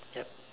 yup